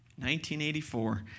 1984